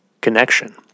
connection